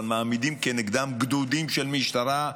אבל מעמידים כנגדם גדודים של משטרה,